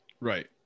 Right